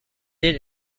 did